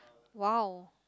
!wow!